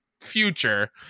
future